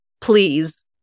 please